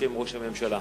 בשם ראש הממשלה.